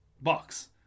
box